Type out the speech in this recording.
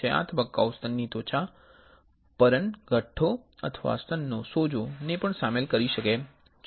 આ તબક્કો સ્તનની ત્વચા પરન ગાઠ્ઠો અથવા સ્તનના સોજો ને પણ શામેલ કરી શકે છે